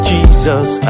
Jesus